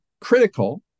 critical